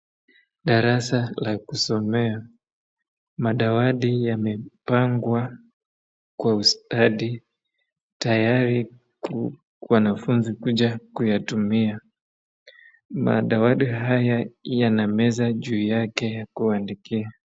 Darasa la kusomea. Madawati yamepangwa kwa ustadi tayari wanafunzi kuja kuyatumia. Madawati haya yana meza juu yake ya kuandikia.